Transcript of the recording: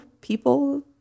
people